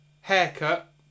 haircut